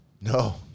no